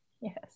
Yes